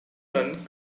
run